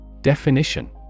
Definition